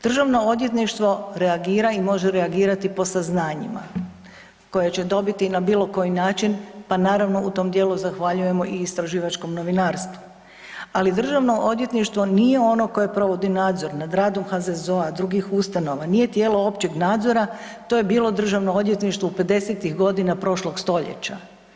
Državno odvjetništvo reagira i može reagirati po saznanjima koje će dobiti na bilo koji način pa naravno u tom dijelu zahvaljujemo i istraživačkom novinarstvu, ali Državno odvjetništvo nije ono koje provodi nadzor nad radom HZZO, drugih ustanova, nije tijelo općeg nadzora, to je bilo Državno odvjetništvo 50-tih godina prošlog stoljeća.